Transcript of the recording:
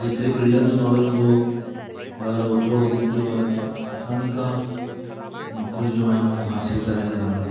जेतिरी फिल्डन जी नॉलेज हूंदो ॿार ओतिरो वधीक जो आहिनि आसानी खां नौकिरी जो आहिनि उहे हासिल करे सघंदा